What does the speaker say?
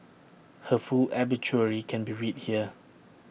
her full obituary can be read here